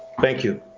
thank you.